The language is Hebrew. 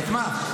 את מה?